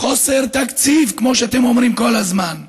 חוסר תקציב, כמו שאתם אומרים כל הזמן.